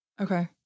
okay